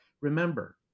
remember